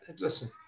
Listen